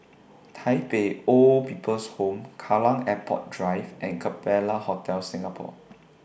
Tai Pei Old People's Home Kallang Airport Drive and Capella Hotel Singapore